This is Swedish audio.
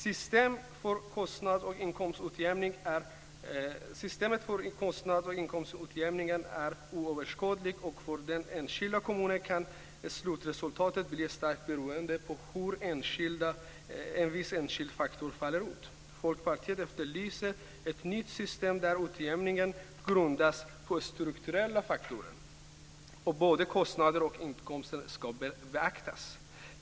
Systemet för kostnads och inkomstutjämningen är oöverskådligt, och för den enskilda kommunen kan slutresultatet bli starkt beroende av hur en viss enskild faktor faller ut. Folkpartiet efterlyser ett nytt system där utjämningen grundas på strukturella faktorer. Både kostnader och inkomster ska beaktas.